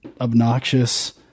obnoxious